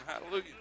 Hallelujah